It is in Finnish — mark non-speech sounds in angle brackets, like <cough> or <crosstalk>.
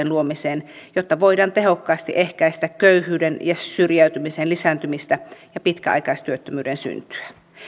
<unintelligible> luomiseen jotta voidaan tehokkaasti ehkäistä köyhyyden ja syrjäytymisen lisääntymistä ja pitkäaikaistyöttömyyden syntyä